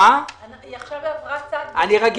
אני שמח